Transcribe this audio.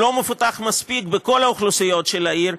לא מפותח מספיק בכל האוכלוסיות של העיר,